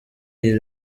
iyi